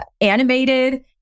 animated